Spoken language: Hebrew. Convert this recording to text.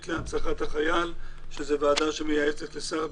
להנצחת החייל שזו ועדה שמייעצת לשר הביטחון,